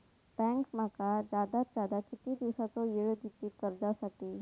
Bank माका जादात जादा किती दिवसाचो येळ देयीत कर्जासाठी?